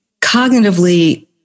cognitively